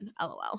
LOL